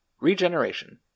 regeneration